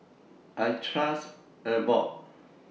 I Trust Abbott